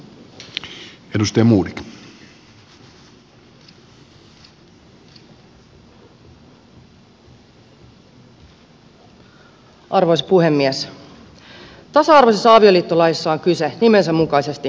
tasa arvoisessa avioliittolaissa on kyse nimensä mukaisesti tasa arvosta